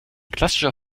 klassischer